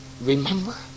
remember